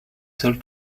seul